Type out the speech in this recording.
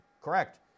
correct